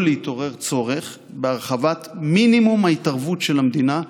להתעורר צורך בהרחבת מינימום ההתערבות של המדינה,